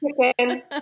chicken